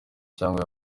cyangwa